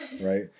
right